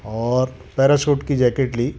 और पैराशूट की जैकेट ली